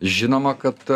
žinoma kad